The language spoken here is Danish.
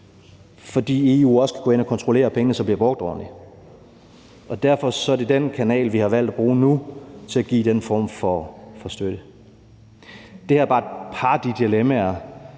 fordi EU også kan gå ind og kontrollere, at pengene så bliver brugt ordentligt. Derfor er det den kanal, vi har valgt at bruge nu til at give den form for støtte. Det her er bare et par af de dilemmaer,